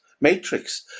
matrix